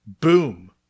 boom